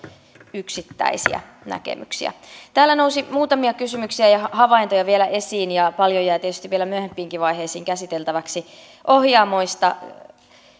yksittäisiä näkemyksiä täällä nousi muutamia kysymyksiä ja havaintoja vielä esiin ja paljon jää tietysti vielä myöhempiinkin vaiheisiin käsiteltäväksi ohjaamoista